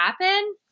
happen